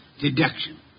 Deduction